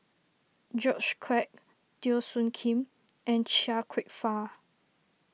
George Quek Teo Soon Kim and Chia Kwek Fah